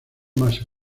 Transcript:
más